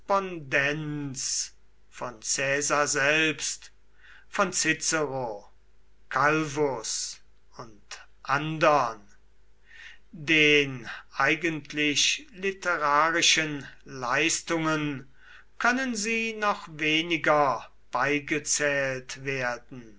von caesar selbst von cicero calvus und andern den eigentlich literarischen leistungen können sie noch weniger beigezählt werden